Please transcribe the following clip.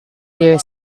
clear